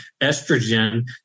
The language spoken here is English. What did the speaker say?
estrogen